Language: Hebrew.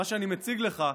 מה שאני מציג לך,